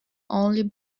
only